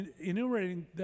enumerating